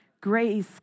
grace